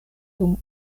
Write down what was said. dum